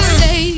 say